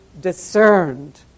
discerned